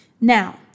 Now